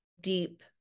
deep